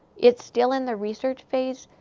it's still in the research phase.